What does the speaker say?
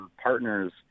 partners